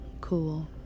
cool